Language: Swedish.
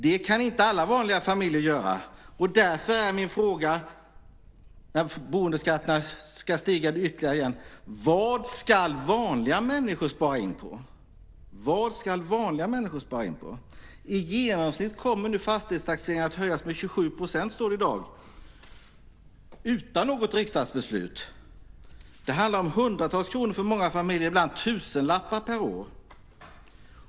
Det kan inte alla vanliga familjer göra, och därför är min fråga när boendeskatterna nu ska stiga ytterligare igen: Vad ska vanliga människor spara in på? I genomsnitt kommer nu fastighetstaxeringen att höjas med 27 %, står det i dag, utan något riksdagsbeslut. Det handlar om hundratals kronor för många familjer, ibland tusenlappar, per år.